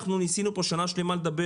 אנחנו ניסינו פה במשך שנה שלמה לדבר,